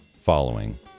following